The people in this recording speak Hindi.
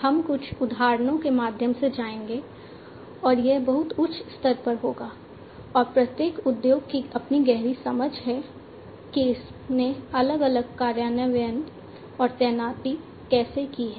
हम कुछ उदाहरणों के माध्यम से जाएंगे और यह बहुत उच्च स्तर पर होगा और प्रत्येक उद्योग की अपनी गहरी समझ है कि इसने अलग अलग कार्यान्वयन और तैनाती कैसे की है